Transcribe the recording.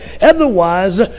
Otherwise